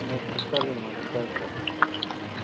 okay चालेल madam काही problem नाही हं